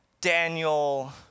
Daniel